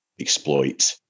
exploit